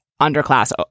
underclass